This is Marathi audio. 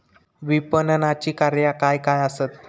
विपणनाची कार्या काय काय आसत?